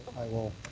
i will